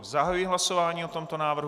Zahajuji hlasování o tomto návrhu.